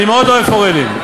אני מאוד אוהב פורלים.